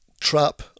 trap